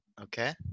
Okay